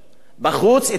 את האירן-פוביה,